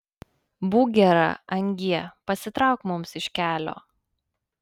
būk gera angie pasitrauk mums iš kelio